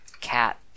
cat